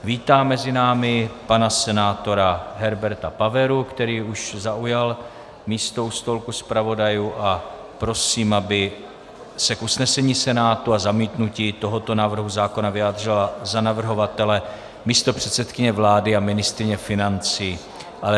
Vítám mezi námi pana senátora Herberta Paveru, který už zaujal místo u stolku zpravodajů, a prosím, aby se k usnesení Senátu a zamítnutí tohoto návrhu zákona vyjádřila za navrhovatele místopředsedkyně vlády a ministryně financí Alena Schillerová.